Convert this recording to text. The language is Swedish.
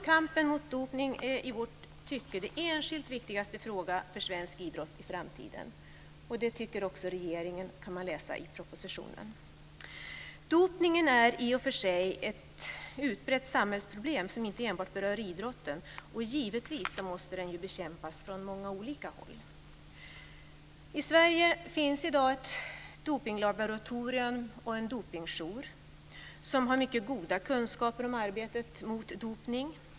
Kampen mot dopning är i vårt tycke den enskilt viktigaste frågan för svensk idrott i framtiden. Det tycker också regeringen, kan man läsa i propositionen. Dopningen är i och för sig ett utbrett samhällsproblem som inte enbart berör idrotten och givetvis måste den bekämpas från många olika håll. I Sverige finns i dag Dopinglaboratoriet och Dopingjouren, som har mycket goda kunskaper om arbetet mot dopning.